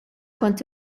kont